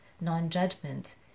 non-judgment